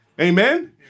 Amen